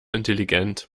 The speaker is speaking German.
intelligent